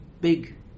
big